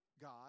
God